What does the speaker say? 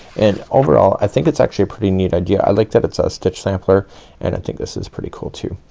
and overall, i think it's actually a pretty neat idea. i like that it's a stitch sampler and i think this is pretty cool, too.